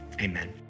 amen